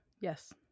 Yes